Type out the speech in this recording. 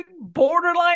Borderline